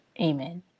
Amen